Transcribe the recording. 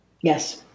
yes